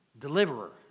deliverer